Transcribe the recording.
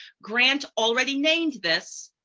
grant already named this,